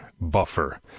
buffer